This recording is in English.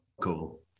cool